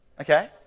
Okay